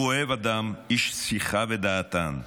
הוא אוהב אדם, איש שיחה ודעתן.